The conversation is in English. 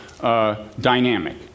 dynamic